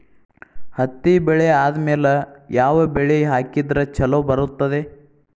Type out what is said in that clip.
ಹತ್ತಿ ಬೆಳೆ ಆದ್ಮೇಲ ಯಾವ ಬೆಳಿ ಹಾಕಿದ್ರ ಛಲೋ ಬರುತ್ತದೆ?